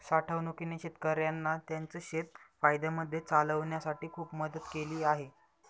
साठवणूकीने शेतकऱ्यांना त्यांचं शेत फायद्यामध्ये चालवण्यासाठी खूप मदत केली आहे